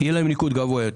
יהיה להם ניקוד גבוה יותר.